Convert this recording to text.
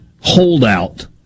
holdout